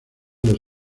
los